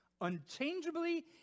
unchangeably